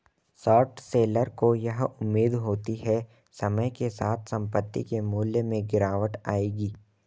short seller को यह उम्मीद होती है समय के साथ संपत्ति के मूल्य में गिरावट आएगी